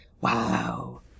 Wow